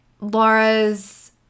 Laura's